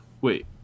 wait